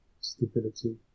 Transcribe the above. stability